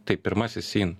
tai pirmasis syn